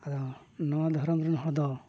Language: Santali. ᱟᱫᱚ ᱱᱚᱣᱟ ᱫᱷᱚᱨᱚᱢ ᱨᱮᱱ ᱦᱚᱲ ᱫᱚ